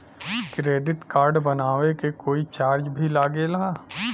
Credit card बनवावे के कोई चार्ज भी लागेला?